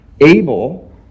Abel